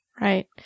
Right